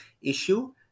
issue